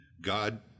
God